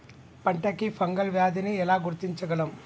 పంట కి ఫంగల్ వ్యాధి ని ఎలా గుర్తించగలం?